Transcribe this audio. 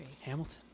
Hamilton